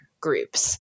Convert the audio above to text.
groups